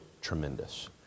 tremendous